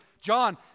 John